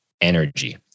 energy